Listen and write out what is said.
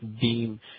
beam